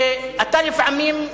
שאתה לפעמים,